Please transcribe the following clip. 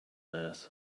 earth